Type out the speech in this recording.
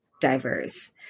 diverse